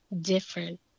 different